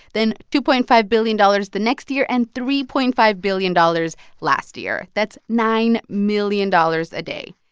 then two point five billion dollars the next year and three point five billion dollars last year. that's nine million dollars a day.